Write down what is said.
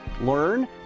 learn